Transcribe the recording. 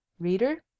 Reader